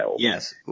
yes